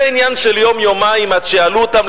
זה עניין של יום-יומיים עד שיעלו אותם